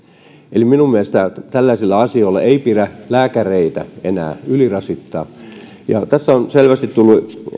eli minun mielestäni tällaisilla asioilla ei pidä lääkäreitä enää ylirasittaa tässä on selvästi tullut